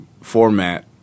format